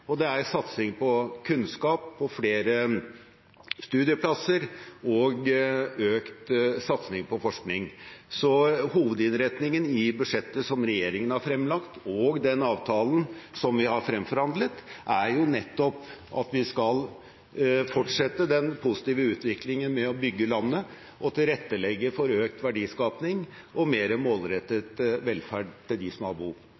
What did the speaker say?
og det er satsing på kunnskap, på flere studieplasser og økt satsing på forskning. Så hovedinnretningen i budsjettet som regjeringen har fremlagt, og den avtalen som vi har fremforhandlet, er nettopp at vi skal fortsette den positive utviklingen med å bygge landet, og tilrettelegge for økt verdiskaping og mer målrettet velferd til dem som har behov.